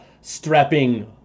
strapping